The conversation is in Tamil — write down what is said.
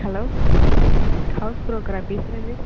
ஹலோ ஹவுஸ் புரோக்கரா பேசுவது